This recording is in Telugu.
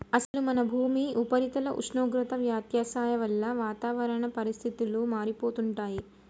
అసలు మన భూమి ఉపరితల ఉష్ణోగ్రత వ్యత్యాసాల వల్ల వాతావరణ పరిస్థితులు మారిపోతుంటాయి